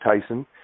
Tyson